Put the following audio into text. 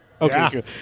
Okay